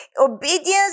obedience